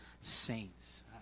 saints